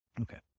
Okay